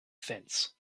fence